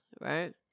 right